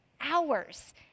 hours